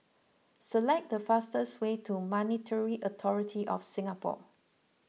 select the fastest way to Monetary Authority of Singapore